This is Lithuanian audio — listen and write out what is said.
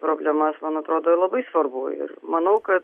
problemas man atrodo labai svarbu ir manau ka